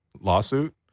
lawsuit